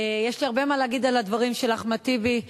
יש לי הרבה מה להגיד על הדברים של אחמד טיבי.